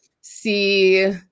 see